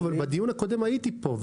אבל בדיון הקודם הייתי פה,